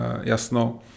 jasno